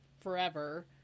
forever